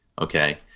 Okay